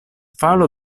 falo